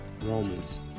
Romans